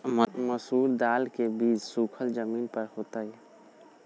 मसूरी दाल के बीज सुखर जमीन पर होतई?